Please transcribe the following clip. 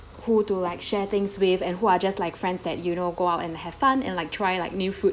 who to like share things with and who are just like friends that you know go out and have fun and like try like new food